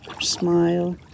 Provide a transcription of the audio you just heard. smile